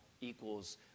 equals